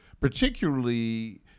Particularly